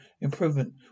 improvement